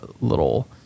little